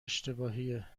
اشتباهیه